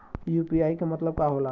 UPI के मतलब का होला?